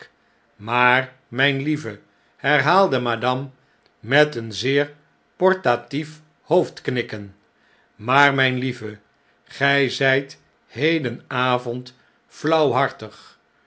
maar mn'n lieve herhaalde madame met een zeer portatief hoofdknikken maar mijn lieve gij zt hedenavond